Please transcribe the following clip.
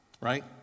right